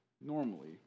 normally